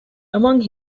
among